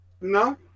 No